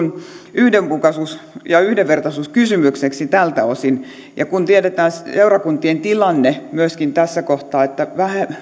yhdenmukaisuus ja yhdenvertaisuuskysymykseksi tältä osin ja kun tiedetään seurakuntien tilanne myöskin tässä kohtaa että